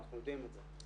אנחנו יודעים את זה,